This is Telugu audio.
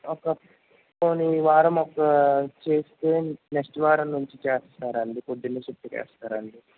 ఒక్క పోని వారం ఒక్క చేస్తే నెక్స్ట్ వారం నుంచి చేస్తారండి పొద్దున్న షిఫ్ట్కి వేస్తారా అండి